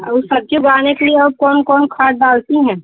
और सब्ज़ी उगाने के लिए और कौन कौन खाद डालती हैं